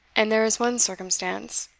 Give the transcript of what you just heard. and there is one circumstance,